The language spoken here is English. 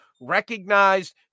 recognized